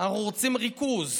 אנחנו רוצים ריכוז.